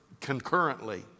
Concurrently